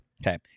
Okay